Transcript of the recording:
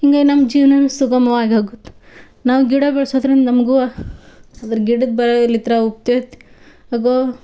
ಹೀಗೆ ನಮ್ಮ ಜೀವನಾನು ಸುಗಮವಾಗಿ ಹೋಗುತ್ತೆ ನಾವು ಗಿಡ ಬೆಳ್ಸೋದ್ರಿಂದ ನಮಗುವ ಅದ್ರ ಗಿಡದ ಬಳಲ್ಲಿದ್ರೆ ಅವ ಆಗೋ